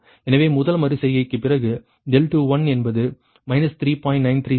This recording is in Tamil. எனவே முதல் மறு செய்கைக்குப் பிறகு 2 என்பது 3